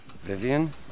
Vivian